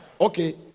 okay